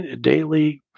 daily